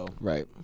Right